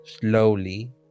slowly